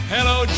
Hello